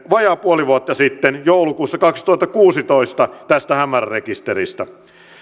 vajaa puoli vuotta sitten joulukuussa kaksituhattakuusitoista tästä hämärärekisteristä